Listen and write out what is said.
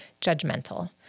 judgmental